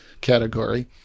category